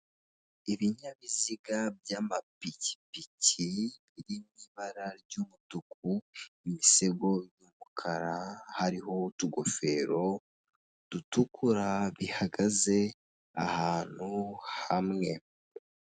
Ibinyabiziga by'amapikipiki biri muu ibara ry'umutuku imisego y'umukara hariho utugofero dutukura bihagaze ahantu hamwe.